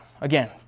again